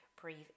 breathe